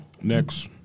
Next